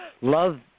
love